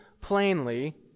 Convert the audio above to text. plainly